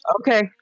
Okay